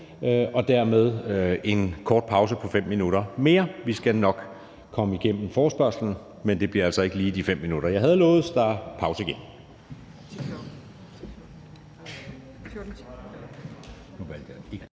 tager vi en kort pause på 5 minutter mere. Vi skal nok nå frem til forespørgslen, men det bliver altså ikke før om 5 minutter. Så der er pause igen.